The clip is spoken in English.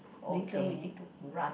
later we need to run